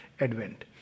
advent